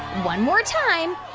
one more time.